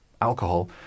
alcohol